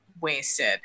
wasted